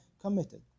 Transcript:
committed